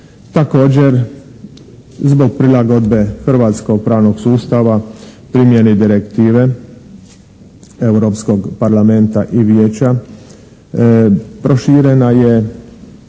Također, zbog prilagodbe hrvatskog pravnog sustava, primjeni direktive Europskog parlamenta i Vijeća proširena je